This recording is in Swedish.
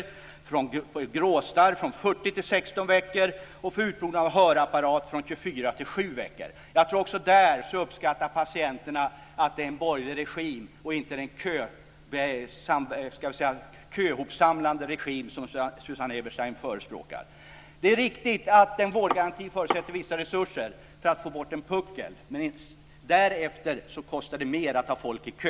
För gråstarr har man kortat köerna från 40 till 16 veckor, och för utprovning av hörapparat från 24 till 7 veckor. Jag tror att patienterna också där uppskattar att det borgerlig regim och inte den köhopsamlande regim som Susanne Eberstein förespråkar. Det är riktigt att en vårdgaranti förutsätter vissa resurser för att få bort en puckel. Men därefter kostar det mer att ha människor i kö.